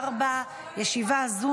14 בעד, אין מתנגדים, שלושה נמנעים.